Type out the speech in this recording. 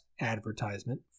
advertisement